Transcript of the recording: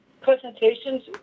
presentations